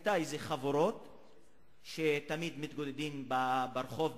היתה איזו חבורה שתמיד היו מתגודדים ברחוב בלילה,